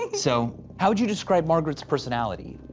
so how would you describe margaret's personality?